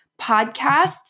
Podcasts